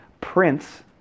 prince